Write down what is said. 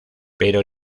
pero